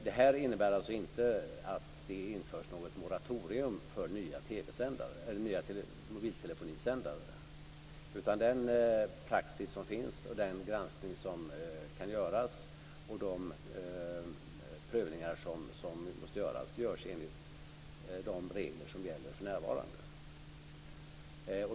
Det här innebär alltså inte att det införs något moratorium för nya mobiltelefonisändare. Det finns en praxis. Den granskning som kan göras och de prövningar som måste göras görs enligt de regler som gäller för närvarande.